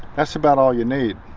that's about all you need